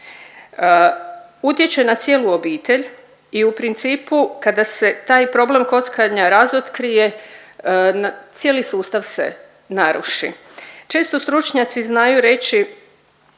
Utječe na cijelu obitelj i u principu kada se taj problem kockanja razotkrije cijeli sustav se naruši. Često stručnjaci znaju reći